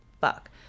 fuck